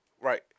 right